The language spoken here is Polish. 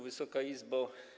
Wysoka Izbo!